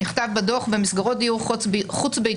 נכתב בדוח: "במסגרות דיור חוץ-ביתיות,